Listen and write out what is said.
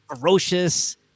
ferocious